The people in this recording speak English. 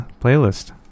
playlist